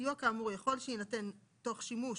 סיוע כאמור יכול שיינתן תוך שימוש